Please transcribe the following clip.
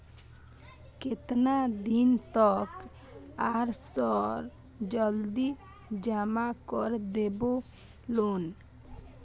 केतना दिन तक आर सर जल्दी जमा कर देबै लोन?